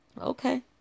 Okay